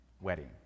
wedding